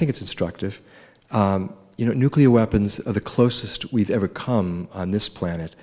think it's instructive you know nuclear weapons are the closest we've ever come on this planet